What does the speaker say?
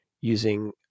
using